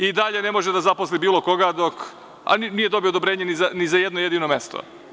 I dalje ne može da zaposli bilo koga, nije dobio odobrenje ni za jedno jedino mesto.